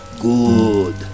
good